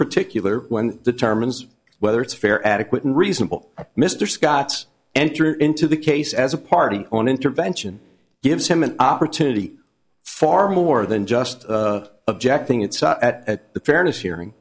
particular when determines whether it's fair adequate and reasonable mr scott's enter into the case as a party or an intervention gives him an opportunity far more than just objecting it's at the fairness hearing